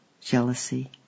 jealousy